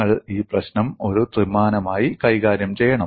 നിങ്ങൾ ഈ പ്രശ്നം ഒരു ത്രിമാനമായി കൈകാര്യം ചെയ്യണം